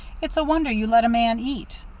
it's a wonder you let a man eat.